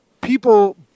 people